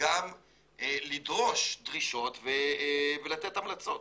גם לדרוש דרישות ולתת המלצות.